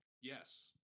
Yes